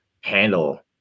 handle